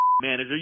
manager